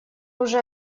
уже